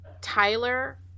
Tyler